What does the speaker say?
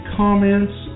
comments